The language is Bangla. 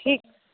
ঠিক